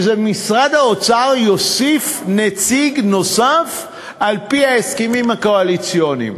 זה שמשרד האוצר יוסיף נציג נוסף על-פי ההסכמים הקואליציוניים.